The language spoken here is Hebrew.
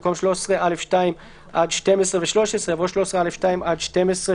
במקום "13(א)(2) עד (12) ו-(13)" יבוא "13(א)(2) עד (12),